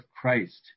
Christ